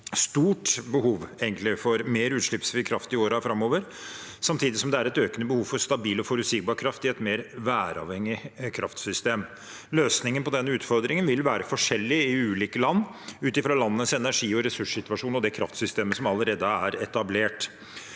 egentlig – for mer utslippsfri kraft i årene framover, samtidig som det er et økende behov for stabil og forutsigbar kraft i et mer væravhengig kraftsystem. Løsningen på denne utfordringen vil være forskjellig i ulike land, ut fra landets energi- og ressurssituasjon og det kraftsystemet som allerede er etablert.